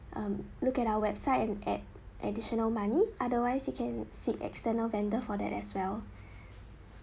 um look at our website and add additional money otherwise you can seek external vendor for that as well